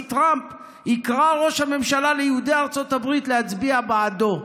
טראמפ יקרא ראש הממשלה ליהודי ארצות הברית להצביע בעדו.